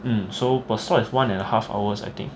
mm so per session one and a half hours I think